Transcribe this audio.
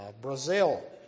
Brazil